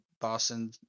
Boston